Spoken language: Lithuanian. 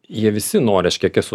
jie visi nori aš kiek esu